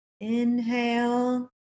inhale